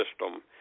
system